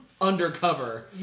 undercover